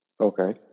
Okay